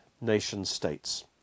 nation-states